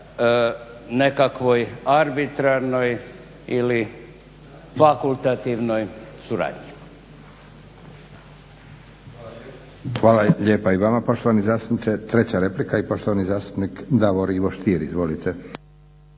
nekakvoj arbitrarnoj ili fakultativnoJ suradnji.